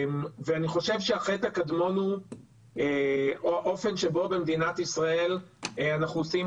אני חושב שהחטא הקדמון הוא האופן שבו במדינת ישראל אנחנו עושים